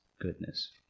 goodness